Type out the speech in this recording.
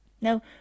Now